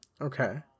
Okay